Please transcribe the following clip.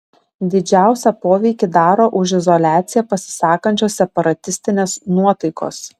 didžiausią poveikį daro už izoliaciją pasisakančios separatistinės nuotaikos